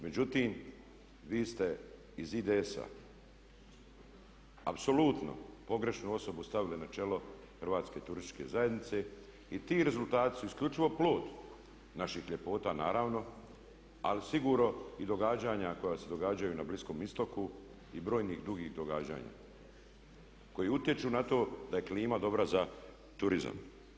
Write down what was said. Međutim, vi ste iz IDS-a apsolutno pogrešnu osobu stavili na čelo Hrvatske turističke zajednice i ti rezultati su isključivo plod naših ljepota naravno, ali sigurno i događanja koja se događaju na Bliskom istoku i brojnih drugih događanja koji utječu na to da je klima dobra za turizam.